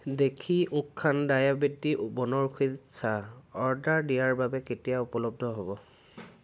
দেশী উখথান ডায়েবেটি বনৌষধি চাহ অৰ্ডাৰ দিয়াৰ বাবে কেতিয়া উপলব্ধ হ'ব